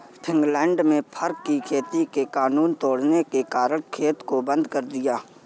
Finland में फर की खेती के कानून तोड़ने के कारण खेत बंद कर दिया गया